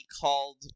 called